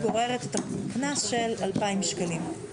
אי התייצבות גוררת קנס של 2,000 שקלים.